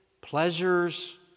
pleasures